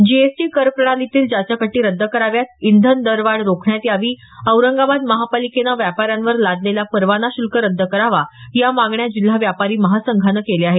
GST करप्रणालीतील जाचक अटी रद्द कराव्यात इंधन दरवाढ रोखण्यात यावी औरंगाबाद महापालिकेनं व्यापाऱ्यांवर लादलेला परवाना शुल्क कर रद्द करण्यात यावा या मागण्या जिल्हा व्यापारी महासंघानं केल्या आहेत